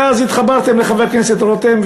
ואז התחברתם לחבר הכנסת רותם,